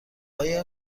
های